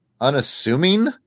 unassuming